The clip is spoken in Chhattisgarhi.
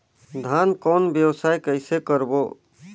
धान कौन व्यवसाय कइसे करबो?